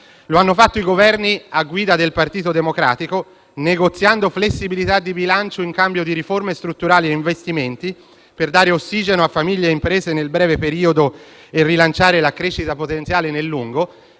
è stato fatto dai Governi a guida del Partito Democratico, negoziando flessibilità di bilancio in cambio di riforme strutturali e investimenti per dare ossigeno a famiglie e imprese nel breve periodo e rilanciare la crescita potenziale nel lungo.